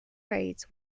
raids